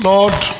Lord